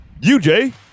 UJ